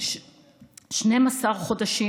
ב-12 חודשים,